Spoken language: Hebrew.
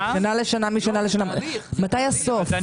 מתי הסוף?